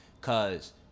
cause